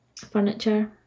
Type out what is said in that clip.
Furniture